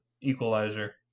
equalizer